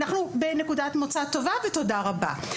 אנחנו בנקודת מוצא טובה ותודה רבה.